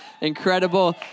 incredible